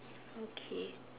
okay